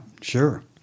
sure